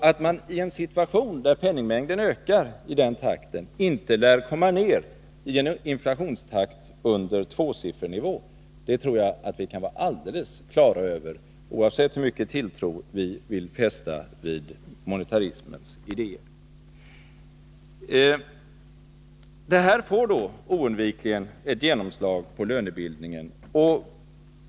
Att vi ien situation där penningmängden ökar i denna takt inte lär komma ned i en inflationstakt under tvåsiffernivå tror jag att vi kan vara alldeles på det klara med — oavsett hur mycket tilltro vi vill fästa vid monetarismens idéer. Detta torde oundvikligen få genomslag på lönebildningen.